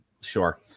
Sure